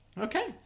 Okay